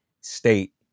State